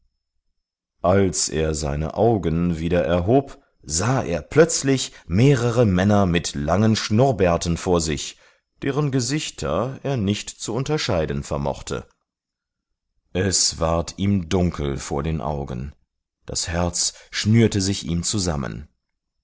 als er seine augen wieder erhob sah er plötzlich mehrere männer mit langen schnurrbärten vor sich deren gesichter er nicht zu unterscheiden vermochte es ward ihm dunkel vor den augen das herz schnürte sich ihm zusammen